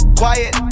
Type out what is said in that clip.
quiet